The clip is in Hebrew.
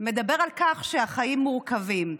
מדבר על כך שהחיים מורכבים.